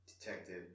detective